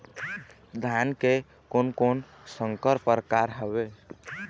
धान के कोन कोन संकर परकार हावे?